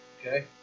Okay